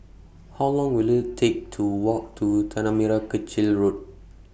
How Long Will IT Take to Walk to Tanah Merah Kechil Road